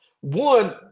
one